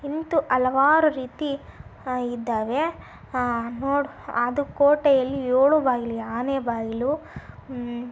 ಇಂತು ಹಲವಾರು ರೀತಿ ಇದ್ದಾವೆ ನೋ ಅದು ಕೋಟೆಯಲ್ಲಿ ಏಳು ಬಾಗಿಲಿದೆ ಆನೆ ಬಾಗಿಲು